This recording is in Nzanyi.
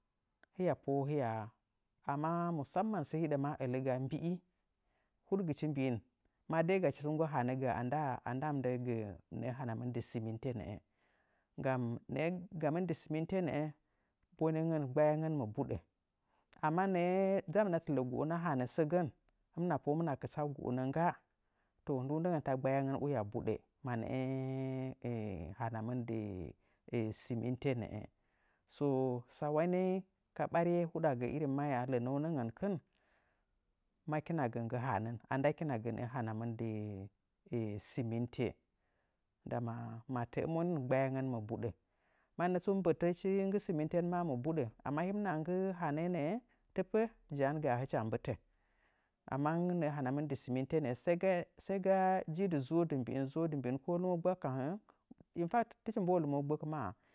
Hɨpo hɨa amma musamman sə hiɗa ələ gachi mbii hudgɨchi mbiin mbii hanən. A ndaa mɨndəa ga nə'ə gamɨn dɨ siminte nə'ə bonengə gbayanən mɨ buɗə amma nəə dzaamɨna tɨlə goən a hanə səgən, hɨmina po'a kɨtsa go'ənə ngga, to ndundɨngən ta gbayangən, waa buɗə ma nə'ə hanamɨn dɨ siminte nə'ə sosawa nənyi ka ɓariye hudə gə mahyaa lənəunəngərikɨn, makina gə nggɨ hanən, a ndackina gə nə'ə hanamɨn dɨ. siminte ndama gbayangən mɨ buɗə. Mannə tsu mbətəchi nggɨ siminte maa mɨ buɗə amma yimnagh nggɨ hanəə nə'ə tɨpəh ja'an gaa hɨtcha mbɨtə amma nggɨ nə'ə hanamɨn dɨ siminte sari, ga sai a dzɨ, dɨ zu'udɨ mbiin zuudɨ mbiin ko lumo gbək tɨchi mbo'ə lumo gbək ma'a.